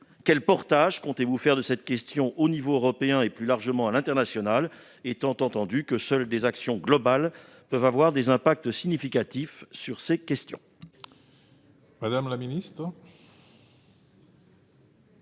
Quel portage comptez-vous faire de cette question au niveau européen et, plus largement, à l'international, étant entendu que seules des actions globales peuvent avoir des impacts significatifs sur ces sujets ?